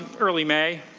early may,